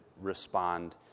respond